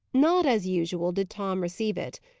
not as usual did tom receive it.